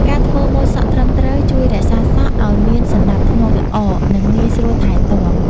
ការធ្វើម៉ូតសក់ត្រឹមត្រូវ ជួយរក្សាសក់ឱ្យមានសណ្ដាប់ធ្នាប់ល្អ និងងាយស្រួលថែទាំ។